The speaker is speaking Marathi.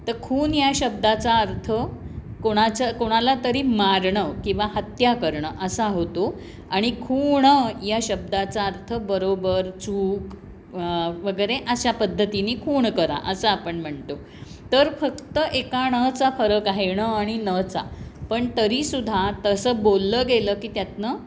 तर खून या शब्दाचा अर्थ कोणाच्या कोणाला तरी मारणं किंवा हत्या करणं असा होतो आणि खूण या शब्दाचा अर्थ बरोबर चूक वगैरे अशा पद्धतीने खूण करा असं आपण म्हणतो तर फक्त एका णचा फरक आहे ण आणि नचा पण तरीसुद्धा तसं बोललं गेलं की त्यातनं